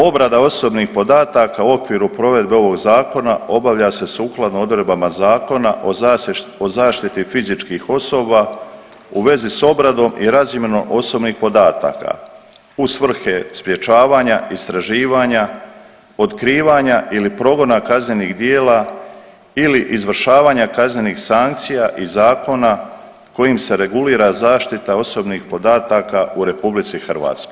Obrada osobnih podataka u okviru provedbe ovog zakona obavlja se sukladno odredbama Zakona o zaštiti fizičkih osoba u vezi s obradom i razmjenom osobnih podataka u svrhe sprječavanja, istraživanja, otkrivanja ili progona kaznenih djela ili izvršavanja kaznenih sankcija i zakona kojim se regulira zaštita osobnih podataka u RH.